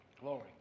Glory